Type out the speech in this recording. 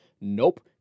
Nope